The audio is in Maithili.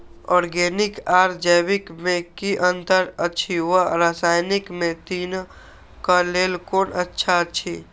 ऑरगेनिक आर जैविक में कि अंतर अछि व रसायनिक में तीनो क लेल कोन अच्छा अछि?